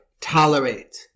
tolerate